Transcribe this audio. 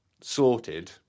sorted